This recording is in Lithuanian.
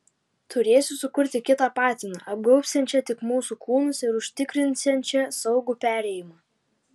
turėsiu sukurti kitą patiną apgaubsiančią tik mūsų kūnus ir užtikrinsiančią saugų perėjimą